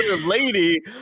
lady